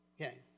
Okay